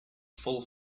full